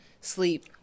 sleep